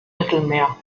mittelmeer